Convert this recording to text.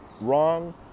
wrong